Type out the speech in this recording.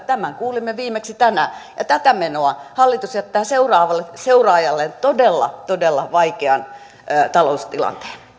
tämän kuulimme viimeksi tänään tätä menoa hallitus jättää seuraajalleen todella todella vaikean taloustilanteen